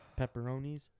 pepperonis